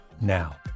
now